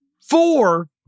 four